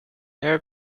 arab